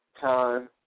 time